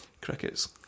Crickets